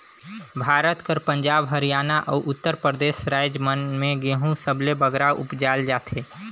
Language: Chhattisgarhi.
भारत कर पंजाब, हरयाना, अउ उत्तर परदेस राएज मन में गहूँ सबले बगरा उपजाल जाथे